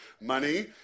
Money